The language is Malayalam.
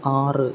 ആറ്